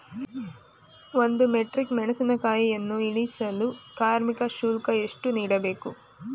ಒಂದು ಮೆಟ್ರಿಕ್ ಮೆಣಸಿನಕಾಯಿಯನ್ನು ಇಳಿಸಲು ಕಾರ್ಮಿಕ ಶುಲ್ಕ ಎಷ್ಟು ನೀಡಬೇಕು?